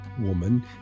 woman